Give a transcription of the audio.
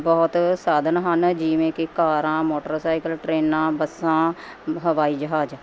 ਬਹੁਤ ਸਾਧਨ ਹਨ ਜਿਵੇਂ ਕਿ ਕਾਰਾਂ ਮੋਟਰਸਾਈਕਲ ਟ੍ਰੇਨਾਂ ਬੱਸਾਂ ਹਵਾਈ ਜਹਾਜ਼